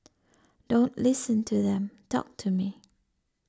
don't listen to them talk to me